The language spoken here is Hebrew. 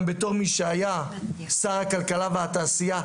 בתור מי שהיה שר הכלכלה והתעשייה,